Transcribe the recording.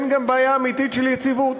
אין גם בעיה אמיתית של יציבות.